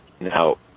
Now